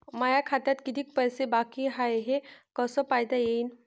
माया खात्यात कितीक पैसे बाकी हाय हे कस पायता येईन?